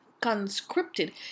conscripted